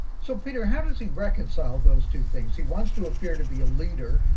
so peter, how does he reconcile those two things? he wants to appear to be a leader.